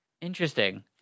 Interesting